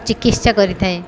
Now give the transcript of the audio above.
ଚିକିତ୍ସା କରିଥାଏ